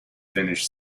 finish